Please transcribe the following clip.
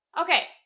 Okay